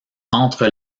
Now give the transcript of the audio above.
entre